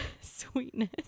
sweetness